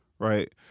Right